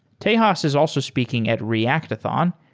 tejas ah so is also speaking at reactathon,